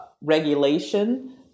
regulation